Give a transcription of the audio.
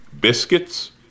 biscuits